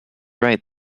right